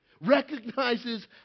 recognizes